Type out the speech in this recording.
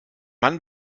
mann